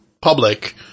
public